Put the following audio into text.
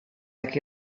jekk